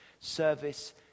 Service